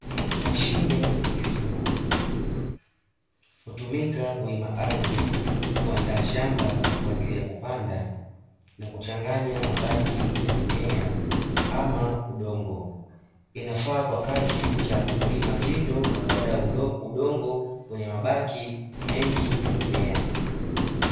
Mahine ya kilimo hutumika kulima ardhi kuandaa shamba kwa ajili ya kupanda na kuchanganya mabaki ya mimea ama udongo, inafaa kwa kazi za kulima nzito na kuandaa udongo wenye mabaki mengi ya mimea.